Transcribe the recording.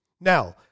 Now